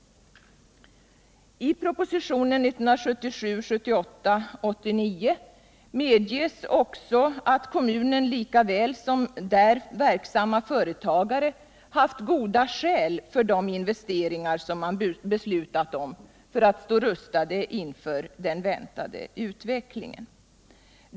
I propositionen 1977/78:89 medges också att kommunen lika väl som där verksamma företagare haft goda skäl för de investeringar som man har beslutat om för att stå rustade inför den väntade utvecklingen.